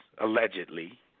allegedly